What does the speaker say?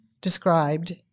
described